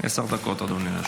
עשר דקות, אדוני.